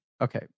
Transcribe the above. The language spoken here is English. Okay